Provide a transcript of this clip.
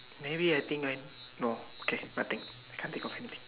maybe I think I no okay nothing can't think of anything